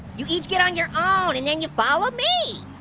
you each get on your own, and then you follow me.